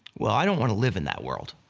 well, i don't want to live in that world.